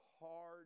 hard